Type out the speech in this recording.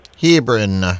Hebron